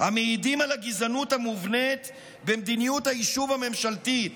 המעידים על הגזענות המובנית במדיניות היישוב הממשלתית.